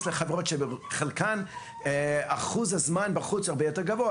לחברות שבחלקן אחוז הזמן בחוץ הרבה יותר גבוה,